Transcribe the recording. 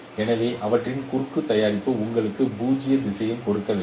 எனவே அவற்றின் குறுக்கு தயாரிப்பு உங்களுக்கு 0 திசையன் கொடுக்க வேண்டும்